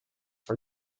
for